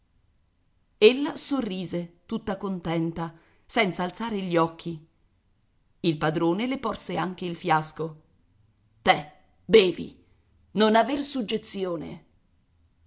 pure ella sorrise tutta contenta senza alzare gli occhi il padrone le porse anche il fiasco te bevi non aver suggezione